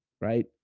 right